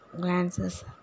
glances